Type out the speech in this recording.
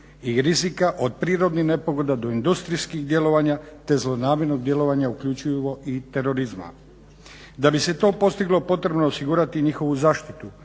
i rizika od prirodnih nepogoda do industrijskih djelovanja te zlonamjernog djelovanja uključivo i terorizma. Da bi se to postiglo potrebno je osigurati i njihovu zaštitu